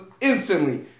instantly